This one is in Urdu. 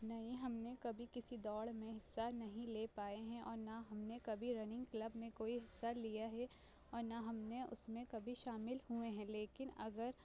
نہیں ہم نے کبھی کسی دوڑ میں حصہ نہیں لے پائے ہیں اور نہ ہم نے کبھی رنگ کلب میں کوئی حصہ لیا ہے اور نہ ہم نے اس میں کبھی شامل ہوئے ہیں لیکن اگر